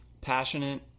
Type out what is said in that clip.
passionate